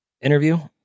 interview